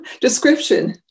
description